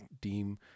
deem